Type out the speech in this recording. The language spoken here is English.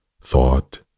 thought